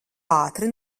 ātri